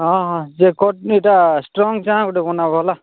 ହଁ ହଁ ଯେ ଏଟା ଷ୍ଟ୍ରଙ୍ଗ ଚା' ଗୋଟେ ବନାବ ଭଲା